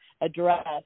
address